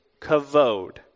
Kavod